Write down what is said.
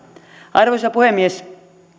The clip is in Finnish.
arvoisa puhemies